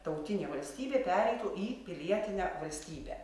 tautinė valstybė pereitų į pilietinę valstybę